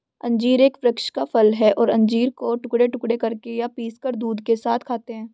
अंजीर एक वृक्ष का फल है और अंजीर को टुकड़े टुकड़े करके या पीसकर दूध के साथ खाते हैं